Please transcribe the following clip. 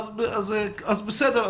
בסדר,